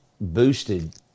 boosted